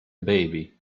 baby